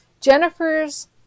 Jennifer's